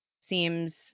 seems